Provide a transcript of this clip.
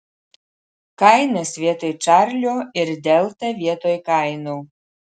kainas vietoj čarlio ir delta vietoj kaino